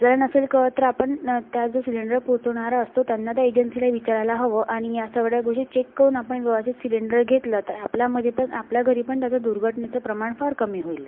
जर नसेल कळत तर आपण त्या जो सिलेंडर पोचवणारा असतो त्यांना त्या एजंसीला विचारायला हवं आणि सगळ्या गोष्टी चेक करून आपण व्यवस्थित सिलेंडर घेतलं तर आपल्यामध्ये पण आपल्या घरी पण तसं दुर्घटनेचं प्रमाण फार कमी होईल